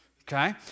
okay